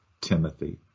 Timothy